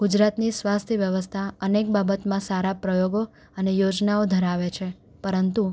ગુજરાતની સ્વાસ્થ્ય વ્યવસ્થા અનેક બાબતમાં સારા પ્રયોગો અને યોજનાઓ ધરાવે છે પરંતુ